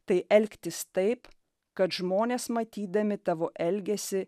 tai elgtis taip kad žmonės matydami tavo elgesį